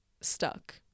stuck